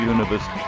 Universe